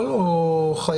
יכול או חייב?